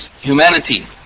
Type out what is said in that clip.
humanity